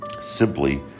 simply